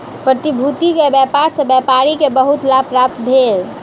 प्रतिभूति के व्यापार सॅ व्यापारी के बहुत लाभ प्राप्त भेल